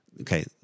Okay